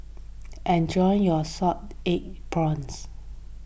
enjoy your Salted Egg Prawns